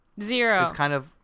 Zero